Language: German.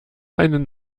einen